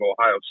Ohio